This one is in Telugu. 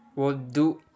వద్దు